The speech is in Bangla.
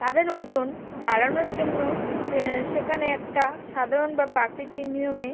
তাদের ওজন বাড়ানোর জন্য সেখানে একটা সাধারণ বা প্রকৃতির নিয়মে